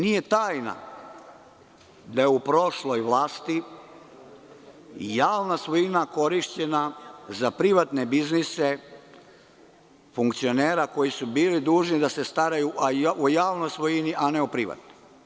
Nije tajna da je u prošloj vlasti javna svojina korišćena za privatne biznise funkcionera koji su bili dužni da se staraju o javnoj svojini, a ne o privatnoj.